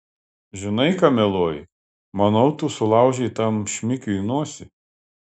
žinai ką mieloji manau tu sulaužei tam šmikiui nosį